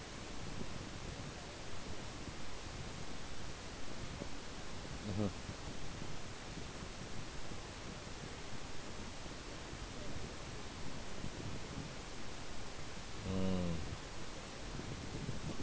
mmhmm mm